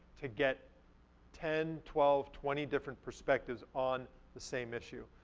to get ten, twelve, twenty different perspectives on the same issue,